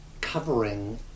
covering